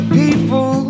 people